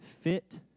fit